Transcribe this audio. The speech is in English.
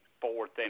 fourth